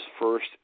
first